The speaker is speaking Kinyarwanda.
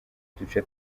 duce